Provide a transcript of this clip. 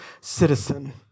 citizen